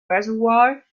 reservoir